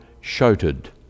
shouted